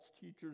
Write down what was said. teachers